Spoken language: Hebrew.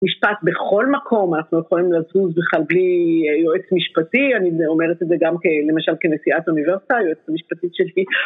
משפט בכל מקום, אנחנו לא יכולים לזוז בכלל בלי יועץ משפטי, אני אומרת את זה גם כלמשל כנשיאת אוניברסיטה, היועץ המשפטית שלי...